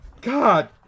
God